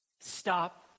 Stop